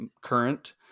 current